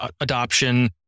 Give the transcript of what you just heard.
adoption